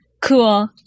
cool